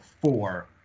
four